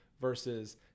versus